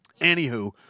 Anywho